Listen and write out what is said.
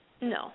No